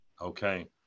Okay